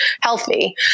healthy